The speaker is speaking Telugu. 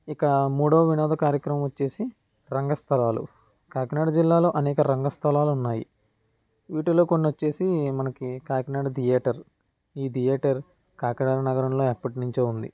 ఇక మూడవ వినోద కార్యక్రమం వచ్చేసి రంగ స్థలాలు కాకినాడ జిల్లాలో అనేక రంగస్థలాలు ఉన్నాయి వీటిల్లో కొన్ని వచ్చేసి మనకి కాకినాడ థియేటర్ ఈ థియేటర్ కాకినాడ నగరంలో ఎప్పటినుంచో ఉంది